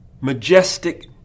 majestic